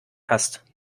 hast